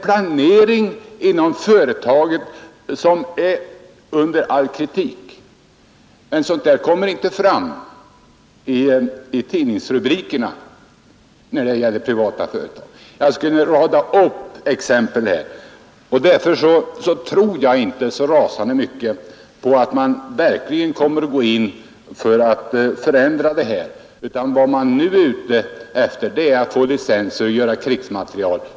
Planeringen inom företaget är alltså under all kritik. Men sådant kommer inte fram i tidningsrubrikerna när det är fråga om privata företag. Jag skulle kunna rada upp liknande exempel. Jag tror alltså inte så rasande mycket på att företaget verkligen kommer att gå in för att förändra produktionen. Vad man är ute efter är att få licenser för att tillverka krigsmateriel.